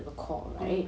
mmhmm